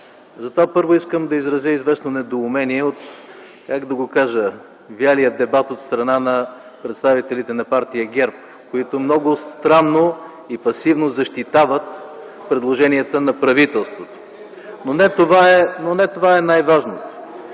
сектори. Първо, искам да изразя недоумение от, как да го кажа, велия дебат от страна на представителите на партия ГЕРБ, които много странно и пасивно защитават предложенията на правителството. Но не това е най-важното.